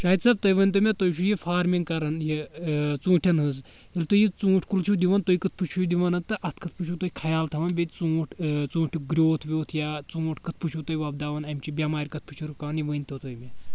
شاید صٲب تُہۍ ؤنتو مےٚ تُہۍ چھُو یہِ فارمِنٛگ کَران یہِ ژوٗنٛٹھؠن ہٕنٛز ییٚلہِ تُہۍ یہِ ژوٗنٛٹھ کُل چھُو دِوان تُہۍ کِتھ پٲٹھۍ چھُو دِوان تہٕ اَتھ کِتھ پٲٹھۍ چھُو تُہۍ خیال تھاوان بیٚیہِ ژوٗنٛٹھ ژوٗنٛٹھُک گروتھ ویوتھ یا ژوٗنٛٹھ کتھ پٲٹھۍ چھُو تُہۍ وۄپداوان اَمہِ چہِ بؠمارِ کَتھ پٲٹھۍ چھِ رُکان یہِ ؤنتو تُہۍ مےٚ